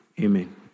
Amen